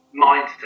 mindset